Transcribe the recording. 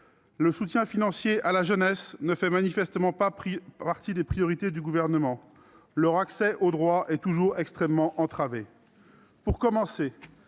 le soutien financier à la jeunesse ne fait manifestement pas partie des priorités du Gouvernement. Leur accès aux droits sociaux est ainsi toujours extrêmement entravé.